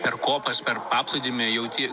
per kopas per paplūdimį jauti